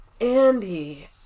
Andy